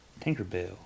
Tinkerbell